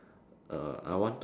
err I wanted